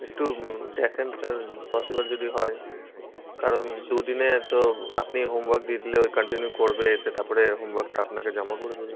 একটু দেখেন sir possible যদি হয় কারণ দু দিনে তো আপনি হোমওয়ার্ক দিয়ে দিলে ও কন্টিনিউ করবে এসে তারপরে হোমওয়ার্কটা আপনাকে জমা করে দেবে